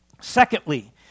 Secondly